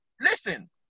listen